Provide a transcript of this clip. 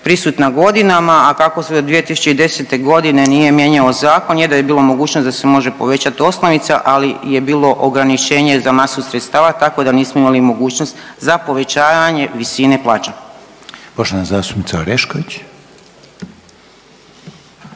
prisutna godinama, a kako se od 2010.g. nije mijenjao zakon, je da je bila mogućnost da se može povećat osnovica, ali je bilo ograničenje za masu sredstava tako da nismo imali mogućnost za povećavanje visine plaća. **Reiner, Željko